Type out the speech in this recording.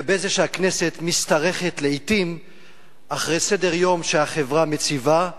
לגבי זה שהכנסת משתרכת לעתים אחרי סדר-יום שהחברה מציבה,